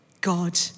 God